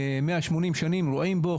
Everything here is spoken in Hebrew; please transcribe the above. מאה שמונים שנים שרועים בו,